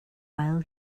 while